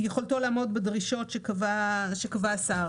יכולתו לעמוד בדרישות שקבע השר.